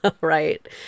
right